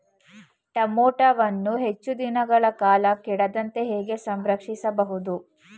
ಟೋಮ್ಯಾಟೋವನ್ನು ಹೆಚ್ಚು ದಿನಗಳ ಕಾಲ ಕೆಡದಂತೆ ಹೇಗೆ ಸಂರಕ್ಷಿಸಬಹುದು?